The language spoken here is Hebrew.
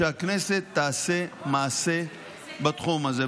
שהכנסת תעשה מעשה בתחום הזה.